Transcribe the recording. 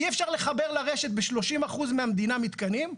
אי אפשר לחבר לרשת ב-30% מהמדינה מתקנים,